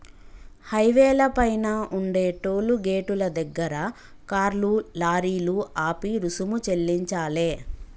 హైవేల పైన ఉండే టోలు గేటుల దగ్గర కార్లు, లారీలు ఆపి రుసుము చెల్లించాలే